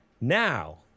Now